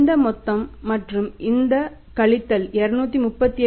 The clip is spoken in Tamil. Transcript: இந்த மொத்தம் மற்றும் இது கழித்தல் 238